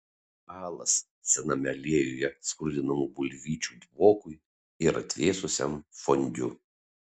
galas sename aliejuje skrudinamų bulvyčių dvokui ir atvėsusiam fondiu